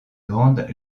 grande